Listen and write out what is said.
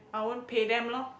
I won't pay them lor